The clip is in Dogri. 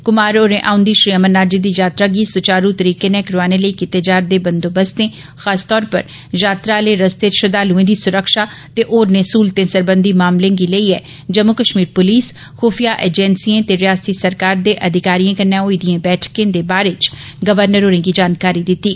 कुमार होरें औंदी श्री अमरनाथ जी दी यात्रा गी स्चारू तरीके कन्नै करोआने लेई कीते जा'रदे बंदोबस्तें खासतौरा पर यात्रा आहले रस्ते च श्रद्धालुएं दी सुरक्षा ते होरनें स्हूलतें सरबंधी मामलें गी लेइयै जम्मू कश्मीर पुलस खूफिया एजेंसिएं ते रिआसती सरकारै दे अधिकारिएं कन्नै होई दिएं बैठकें दे बारै च गवर्नर होरें'गी जानकारी दित्ती